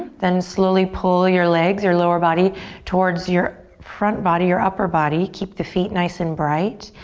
then slowly pull your legs, your lower body towards your front body, your upper body, keep the feet nice and bright.